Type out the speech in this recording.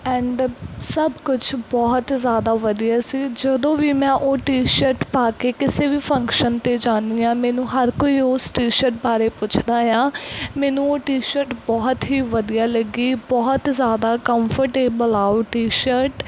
and ਸਭ ਕੁਛ ਬਹੁਤ ਜ਼ਿਆਦਾ ਵਧੀਆ ਸੀ ਜਦੋਂ ਵੀ ਮੈਂ ਉਹ ਟੀ ਸ਼ਰਟ ਪਾ ਕੇ ਕਿਸੇ ਵੀ ਫੰਕਸ਼ਨ 'ਤੇ ਜਾਂਦੀ ਹਾਂ ਮੈਨੂੰ ਹਰ ਕੋਈ ਉਸ ਟੀ ਸ਼ਰਟ ਬਾਰੇ ਪੁੱਛਦਾ ਆ ਮੈਨੂੰ ਉਹ ਟੀ ਸ਼ਰਟ ਬਹੁਤ ਹੀ ਵਧੀਆ ਲੱਗੀ ਬਹੁਤ ਜ਼ਿਆਦਾ ਕੰਫਰਟੇਬਲ ਆ ਉਹ ਟੀ ਸ਼ਰਟ